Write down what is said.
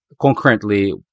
concurrently